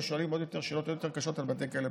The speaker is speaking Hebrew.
שואלים שאלות עוד יותר קשות על בתי כלא פרטיים.